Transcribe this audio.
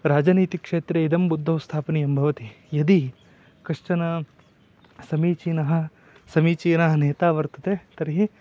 राजनीतिक्षेत्रे इदं बुद्धौ स्थापनीयं भवति यदि कश्चनः समीचीनः समीचीनः नेता वर्तते तर्हि